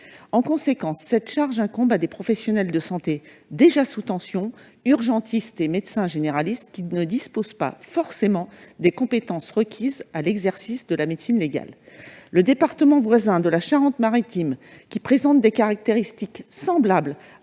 En conséquence, cette charge incombe à des professionnels de santé déjà sous tension, urgentistes et médecins généralistes, qui ne disposent pas forcément des compétences requises par l'exercice de la médecine légale. Le département voisin de la Charente-Maritime, qui présente des caractéristiques semblables